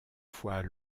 fois